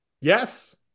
yes